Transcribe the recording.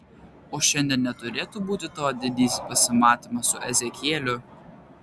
o šiandien neturėtų būti tavo didysis pasimatymas su ezekieliu